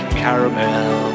caramel